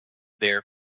there